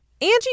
Angie